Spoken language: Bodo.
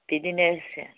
बिदिनो